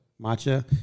matcha